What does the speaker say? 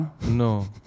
No